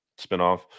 spinoff